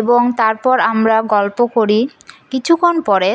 এবং তারপর আমরা গল্প করি কিছুক্ষণ পরে